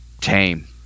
tame